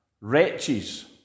wretches